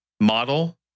model